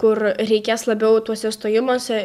kur reikės labiau tuose stojimuose